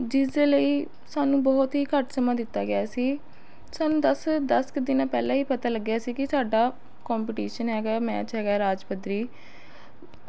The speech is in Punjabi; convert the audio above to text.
ਜਿਸ ਦੇ ਲਈ ਸਾਨੂੰ ਬਹੁਤ ਹੀ ਘੱਟ ਸਮਾਂ ਦਿੱਤਾ ਗਿਆ ਸੀ ਸਾਨੂੰ ਦਸ ਦਸ ਕੁ ਦਿਨਾਂ ਪਹਿਲਾਂ ਹੀ ਪਤਾ ਲੱਗਿਆ ਸੀ ਕਿ ਸਾਡਾ ਕੰਪੀਟੀਸ਼ਨ ਹੈਗਾ ਹੈ ਮੈਚ ਹੈਗਾ ਹੈ ਰਾਜ ਪੱਧਰੀ